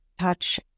touch